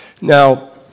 Now